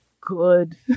good